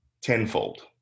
tenfold